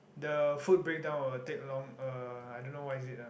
the food break down will take long uh I don't know what is it ah